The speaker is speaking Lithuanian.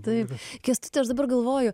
taip kęstuti aš dabar galvoju